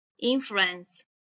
influence